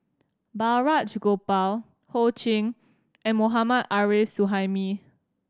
Balraj Gopal Ho Ching and Mohammad Arif Suhaimi